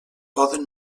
poden